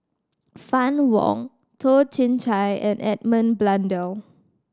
Fann Wong Toh Chin Chye and Edmund Blundell